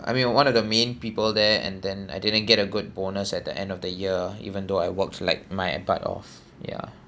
I mean one of the main people there and then I didn't get a good bonus at the end of the year even though I worked like my butt off ya